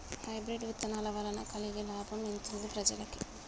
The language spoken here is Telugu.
హైబ్రిడ్ విత్తనాల వలన కలిగే లాభం ఎంతుంది ప్రజలకి?